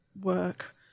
work